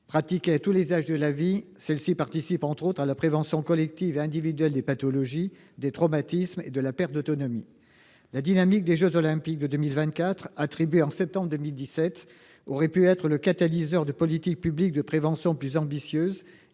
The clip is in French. Pratiquées à tous les âges de la vie, ces dernières participent, entre autres, à la prévention collective et individuelle des pathologies, des traumatismes et de la perte d'autonomie. La dynamique des jeux Olympiques de 2024, attribués en septembre 2017, aurait pu être le catalyseur de politiques publiques de prévention plus ambitieuses,